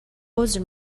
عذر